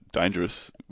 dangerous